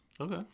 Okay